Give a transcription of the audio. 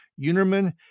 Unerman